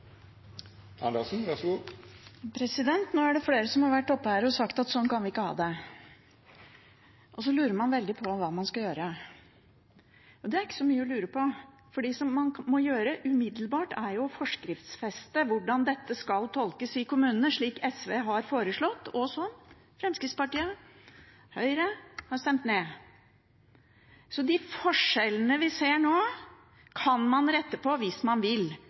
sagt at sånn kan vi ikke ha det, og så lurer man veldig på hva man skal gjøre. Det er ikke så mye å lure på. Det man må gjøre umiddelbart, er å forskriftsfeste hvordan dette skal tolkes i kommunene, slik SV har foreslått – og som Fremskrittspartiet og Høyre har stemt ned. Så de forskjellene vi ser nå, kan man rette på hvis man vil,